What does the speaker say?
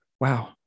Wow